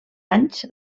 anys